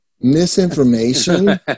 misinformation